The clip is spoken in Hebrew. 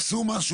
עשו משהו?